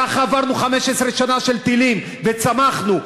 ככה עברנו 15 שנה של טילים, וצמחנו.